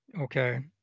Okay